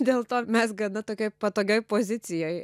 dėl to mes gana tokioj patogioj pozicijoj